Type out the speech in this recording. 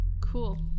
Cool